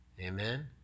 Amen